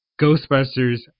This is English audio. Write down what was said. Ghostbusters